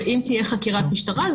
ואם תהיה חקירת משטרה,